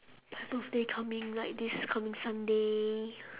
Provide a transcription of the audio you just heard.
my birthday coming like this coming sunday